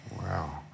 Wow